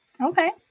okay